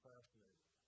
fascinating